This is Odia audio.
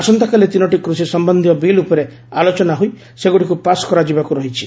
ଆସନ୍ତାକାଲି ତିନୋଟି କୃଷି ସମ୍ଭନ୍ଧୀୟ ବିଲ୍ ଉପରେ ଆଲୋଚନା ହୋଇ ସେଗୁଡ଼ିକୁ ପାସ୍ କରାଯିବାକୁ ରହିଛି